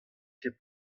ket